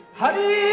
Hari